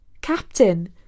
Captain